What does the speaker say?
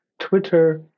Twitter